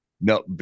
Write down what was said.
No